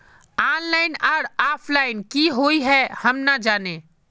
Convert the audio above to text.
Online आर offline की हुई है हम ना जाने?